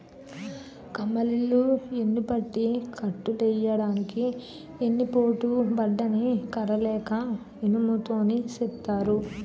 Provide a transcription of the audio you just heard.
కమ్మలిల్లు యెన్నుపట్టి కట్టులెయ్యడానికి ఎన్ని పోటు బద్ద ని కర్ర లేక ఇనుము తోని సేత్తారు